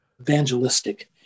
evangelistic